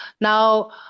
Now